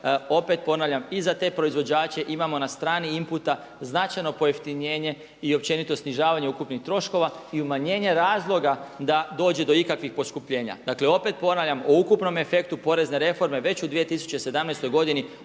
opet ponavljam i za te proizvođače imamo na strani inputa značajno pojeftinjenje i općenito snižavanje ukupnih troškova i umanjenje razloga da dođe do ikakvih poskupljenja. Dakle, opet ponavljam o ukupnom efektu porezne reforme već u 2017. godini